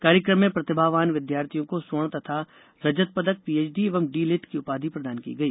कार्यक्रम में प्रतिभावान विद्यार्थियों को स्वर्ण तथा रजत पदक पीएचडी एवं डी लिट की उपाधि प्रदान की गई